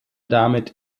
damit